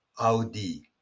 Audi